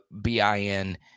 BIN